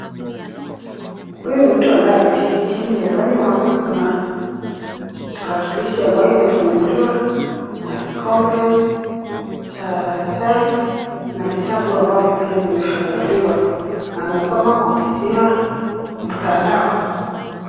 Huyu ni mtu ambaye ameketi chini mezani mwake kuna tarakilishi ambayo imefunguliwa na kikombe cha chai na vitabu ambavyo pia zimefunguliwa. Anasoma kupitia mtandao.